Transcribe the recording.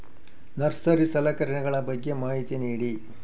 Nursery ಸಲಕರಣೆಗಳ ಬಗ್ಗೆ ಮಾಹಿತಿ ನೇಡಿ?